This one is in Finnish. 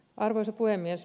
arvoisa puhemies